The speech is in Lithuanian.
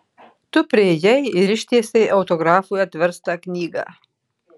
tu priėjai ir ištiesei autografui atverstą knygą